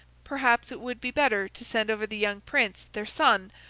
perhaps it would be better to send over the young prince, their son,